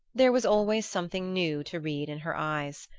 there was always something new to read in her eyes.